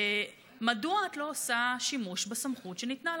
מדוע את לא עושה שימוש בסמכות שניתנה לך?